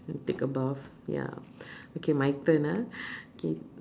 and take a bath ya okay my turn ah K